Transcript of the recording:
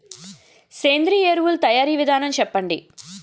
సేంద్రీయ ఎరువుల తయారీ విధానం చెప్పండి?